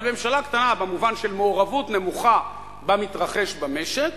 אבל ממשלה קטנה במובן של מעורבות נמוכה במה שמתרחש במשק